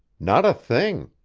not a thing.